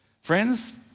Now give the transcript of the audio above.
Friends